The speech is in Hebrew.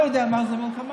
הוא לא יודע מה זה מלחמה,